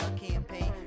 campaign